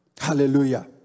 Hallelujah